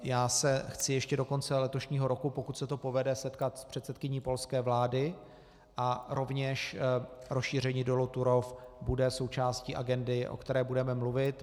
Já se chci ještě do konce letošního roku, pokud se to povede, setkat s předsedkyní polské vlády a rovněž rozšíření dolu Turów bude součástí agendy, o které budeme mluvit.